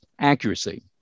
accuracy